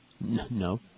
No